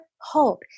hope